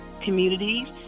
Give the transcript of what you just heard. communities